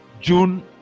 June